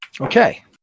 Okay